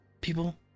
people